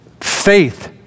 faith